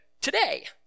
today